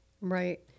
Right